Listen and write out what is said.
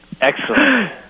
Excellent